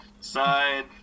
side